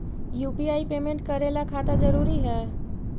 UPI payment करे ला खाता जरूरी है?